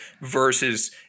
versus